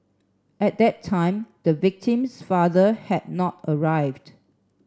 at that time the victim's father had not arrived